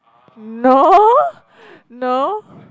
no no